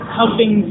helping